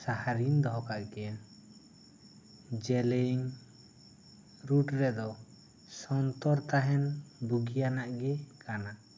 ᱥᱟᱦᱟ ᱨᱮᱧ ᱫᱚᱦᱚ ᱠᱟᱜ ᱜᱮᱭᱟ ᱡᱮᱞᱮᱧ ᱨᱩᱴ ᱨᱮᱫᱚ ᱥᱚᱱᱛᱚᱨ ᱛᱟᱦᱮᱱ ᱵᱩᱜᱤᱭᱟᱱᱟᱜ ᱜᱮ ᱠᱟᱱᱟ